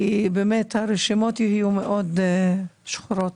כי באמת הרשימות יהיו מאוד שחורות.